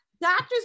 Doctors